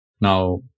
now